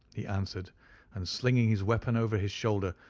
he answered and, slinging his weapon over his shoulder,